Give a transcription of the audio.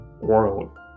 world